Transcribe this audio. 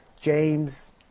James